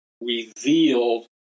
revealed